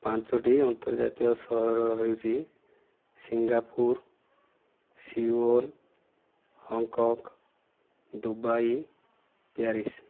ଆନ୍ତର୍ଜାତୀୟ ସହର ହେଉଛି Singapore Seoul Hong Kong Dubai Paris